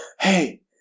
Hey